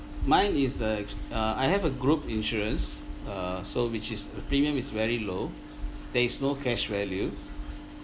mine is a uh I have a group insurance uh so which is premium is very low there is no cash value